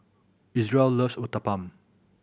Isreal loves Uthapam